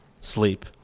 sleep